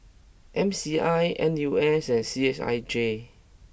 M C I N U S and C S I J